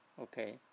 Okay